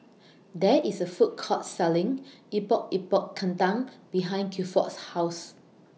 There IS A Food Court Selling Epok Epok Kentang behind Gilford's House